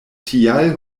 tial